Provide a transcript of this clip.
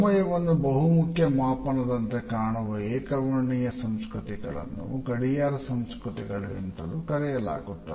ಸಮಯವನ್ನು ಬಹುಮುಖ್ಯ ಮಾಪನದಂತೆ ಕಾಣುವ ಏಕವರ್ಣೀಯ ಸಂಸ್ಕೃತಿಗಳನ್ನು ಗಡಿಯಾರ ಸಂಸ್ಕೃತಿಗಳು ಎಂತಲೂ ಕರೆಯಲಾಗುತ್ತದೆ